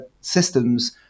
systems